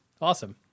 Awesome